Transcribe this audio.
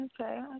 Okay